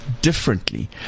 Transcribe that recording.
differently